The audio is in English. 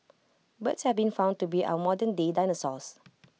birds have been found to be our modernday dinosaurs